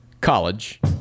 College